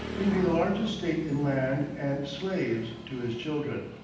leaving a large estate in land and slaves to his children.